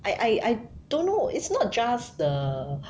I I don't know it's not just the